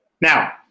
now